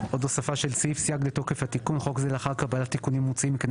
הצבעה בעד, 7 נגד, 8 נמנעים, אין לא אושר.